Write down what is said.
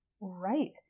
right